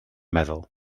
meddwl